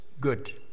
good